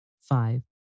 five